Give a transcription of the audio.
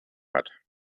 hat